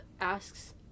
asks